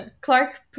Clark